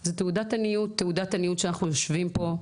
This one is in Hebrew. שזה תעודת עניות שאנחנו יושבים פה,